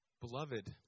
Beloved